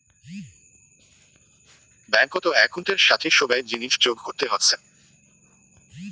ব্যাঙ্কত একউন্টের সাথি সোগায় জিনিস যোগ করতে হসে